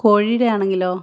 കോഴിയുടെ ആണെങ്കിലോ